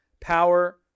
Power